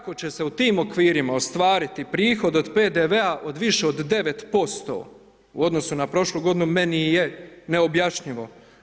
Kako će se u tim okvirima ostvariti prihod od PDV-a od više od 9% u odnosu na prošlu godinu, meni je neobjašnjivo.